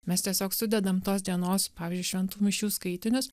mes tiesiog sudedam tos dienos pavyzdžiui šventų mišių skaitinius